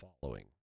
following